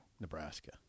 Nebraska